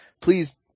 please